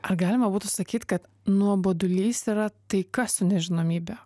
ar galima būtų sakyt kad nuobodulys yra taika su nežinomybe